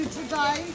today